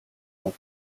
баг